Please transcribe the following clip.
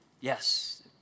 Yes